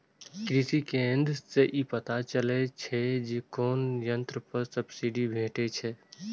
कृषि केंद्र सं ई पता चलि सकै छै जे कोन कोन यंत्र पर सब्सिडी भेटै छै